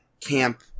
camp